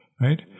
right